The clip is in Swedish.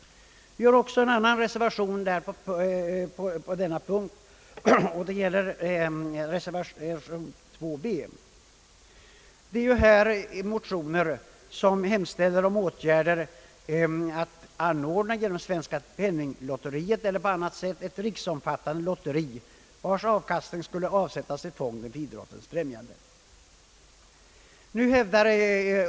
Vi har också en annan reservation på denna punkt, nämligen reservation b. I denna reservation hemställs om åtgärder att genom Svenska penninglotteriet eller på annat sätt ordna ett riksomfattande lotteri, vars avkastning skall avsättas till fonden för idrottens främjande.